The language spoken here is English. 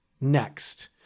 next